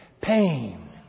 Pain